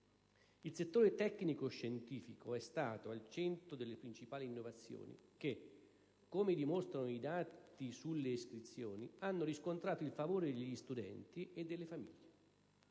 Il settore tecnico-scientifico è stato al centro delle principali innovazioni che, come dimostrano i dati sulle iscrizioni, hanno riscontrato il favore degli studenti e delle famiglie.